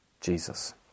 Jesus